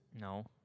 No